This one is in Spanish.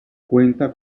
cuenta